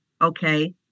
okay